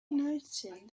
noticing